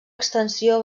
extensió